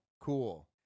cool